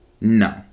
No